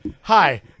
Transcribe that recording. Hi